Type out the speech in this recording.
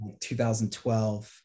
2012